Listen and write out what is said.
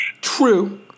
True